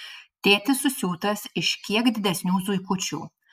tėtis susiūtas iš kiek didesnių zuikučių